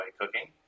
cooking